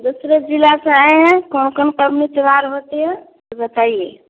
दूसरे ज़िला से आए हें कौन कौन होती है तो बताइए